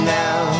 now